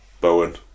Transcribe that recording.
Bowen